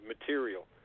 material